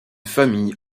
famille